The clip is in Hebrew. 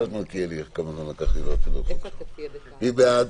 מי בעד?